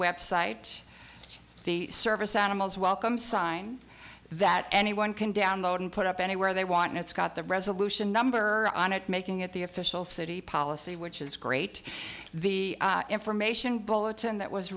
website the service animals welcome sign that anyone can download and put up anywhere they want and it's got the resolution number on it making it the official city policy which is great the information bulletin that was